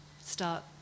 start